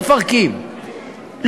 מפרקים,